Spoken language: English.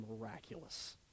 miraculous